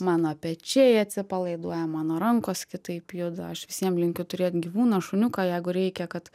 mano pečiai atsipalaiduoja mano rankos kitaip juda aš visiem linkiu turėti gyvūną šuniuką jeigu reikia kad